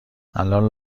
الان